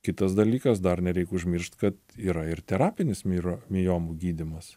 kitas dalykas dar nereik užmiršt kad yra ir terapinis miro miomų gydymas